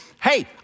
hey